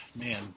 man